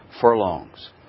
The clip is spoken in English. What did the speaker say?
furlongs